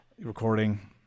recording